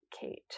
Kate